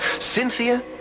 Cynthia